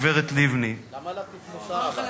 הגברת לבני, למה להטיף מוסר?